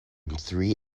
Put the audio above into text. three